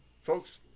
Folks